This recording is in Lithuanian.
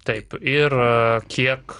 taip ir kiek